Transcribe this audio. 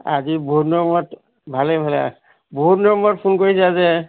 আজি বহুত দিনৰ মূৰত ভালে ভালে বহুত দিনৰ মূৰত ফোন কৰিছা যে